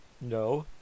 No